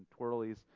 twirlies